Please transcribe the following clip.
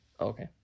okay